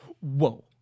whoa